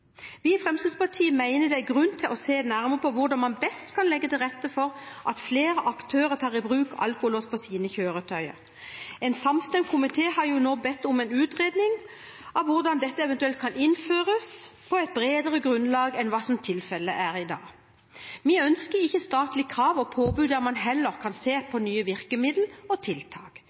Vi i Fremskrittspartiet mener det er grunn til å se nærmere på hvordan man best kan legge til rette for at flere aktører tar i bruk alkolås på sine kjøretøy. En samstemt komité har jo nå bedt om en utredning av hvordan dette eventuelt kan innføres på et bredere grunnlag enn hva tilfellet er i dag. Vi ønsker ikke statlige krav og påbud der man heller kan se på nye virkemidler og tiltak.